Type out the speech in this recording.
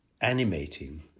animating